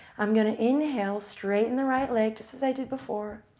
i'm going to inhale. straighten the right leg, just as i did before.